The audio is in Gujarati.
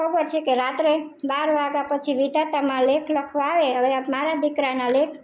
ખબર છે કે રાત્રે બાર વાગા પછી વિધાતા મા લેખ લખવા આવે હવે આ મારા દીકરાના લેખ